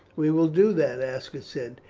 we will do that, aska said,